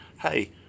hey